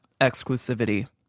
exclusivity